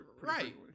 Right